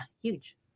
huge